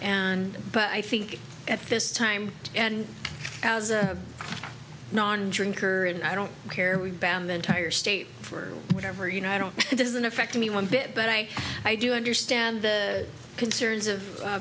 and but i think at this time and as a nondrinker and i don't care we ban the entire state for whatever you know i don't it doesn't affect me one bit but i i do understand the concerns of